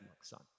son